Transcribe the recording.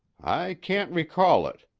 i can't recall it.